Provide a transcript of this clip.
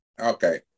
Okay